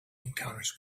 encounters